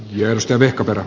jos te vehkaperä